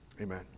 amen